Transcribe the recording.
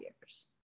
years